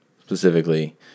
specifically –